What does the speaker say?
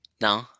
No